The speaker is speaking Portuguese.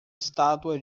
estátua